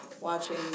watching